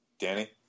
Danny